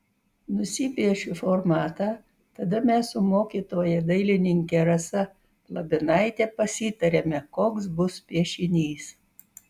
nusipiešiu formatą tada mes su mokytoja dailininke rasa labinaite pasitariame koks bus piešinys